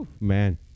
Man